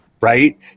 Right